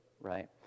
right